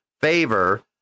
favor